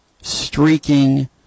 streaking